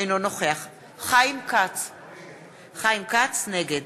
אינו נוכח חיים כץ, נגד